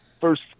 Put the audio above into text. first